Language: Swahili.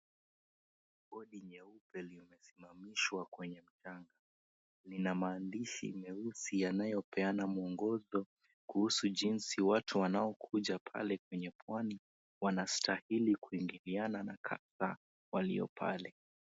Bodi nyeupe limesimamishwa kwenye mchanga. Lina maandishi meusi yanayopeana muongozo kuhusu jinsi watu wanaokuja pale kwenye pwani wanastahili kuingiliana na kadhaa walio pale.